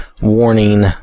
warning